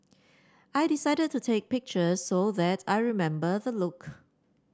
I decided to take pictures so that I remember the look